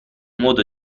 modo